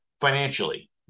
financially